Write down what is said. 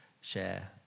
share